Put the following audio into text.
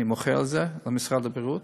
אני מוחה על זה במשרד הבריאות.